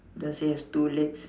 does he have two legs